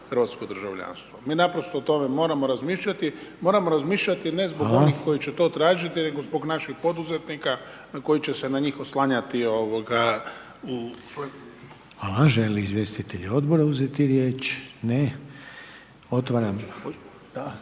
hrvatsko državljanstvo. Mi naprosto o tome moramo razmišljati. Moramo razmišljati, ne zbog onih koji će to tražiti, nego zbog naših poduzetnika, a koji će se na njih oslanjati u …/Govornik se ne razumije./…